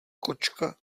kočka